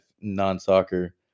non-soccer